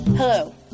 Hello